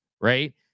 right